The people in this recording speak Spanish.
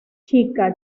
chica